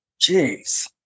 Jeez